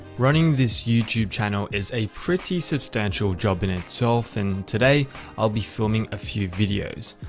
running this youtube channel is a pretty substantial job in itself. and today i'll be filming a few videos.